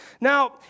Now